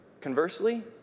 conversely